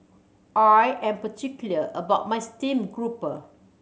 I am particular about my steamed grouper